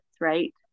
right